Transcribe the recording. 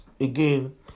again